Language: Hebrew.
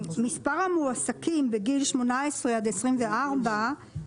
מספר המועסקים בגיל 18 עד 24,